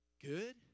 Good